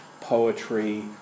poetry